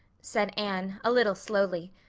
said anne, a little slowly.